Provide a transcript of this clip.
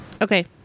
Okay